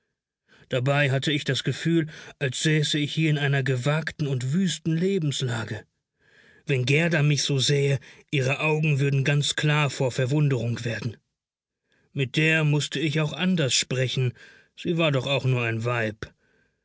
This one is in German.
dabei hatte ich das gefühl als säße ich hier in einer gewagten und wüsten lebenslage wenn gerda mich so sähe ihre augen würden ganz klar vor verwunderung werden mit der mußte ich auch anders sprechen sie war doch auch nur ein weib